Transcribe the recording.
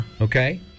Okay